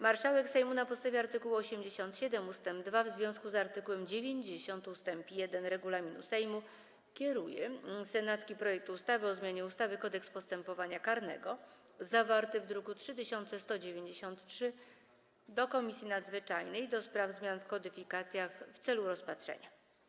Marszałek Sejmu, na podstawie art. 87 ust. 2 w związku z art. 90 ust. 1 regulaminu Sejmu, kieruje senacki projekt ustawy o zmianie ustawy Kodeks postępowania karnego, zawarty w druku nr 3193, do Komisji Nadzwyczajnej do spraw zmian w kodyfikacjach w celu rozpatrzenia.